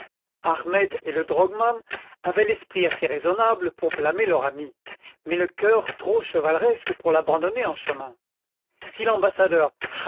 ahmed et le drogman avaient l'esprit assez raisonnable pour blâmer leur ami mais le cœur trop chevaleresque pour l'abandonner en chemin si l'ambassadeur